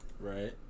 Right